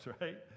right